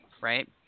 right